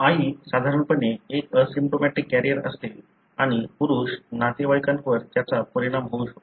आई साधारणपणे एक asymptomatic carrier असते आणि पुरुष नातेवाईकांवर त्याचा परिणाम होऊ शकतो